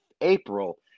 April